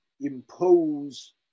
impose